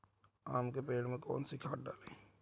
आम के पेड़ में कौन सी खाद डालें?